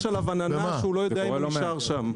עננה שהוא לא יודע אם נשאר שם.